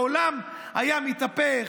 העולם היה מתהפך: